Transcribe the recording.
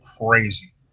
crazy